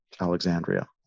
alexandria